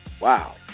wow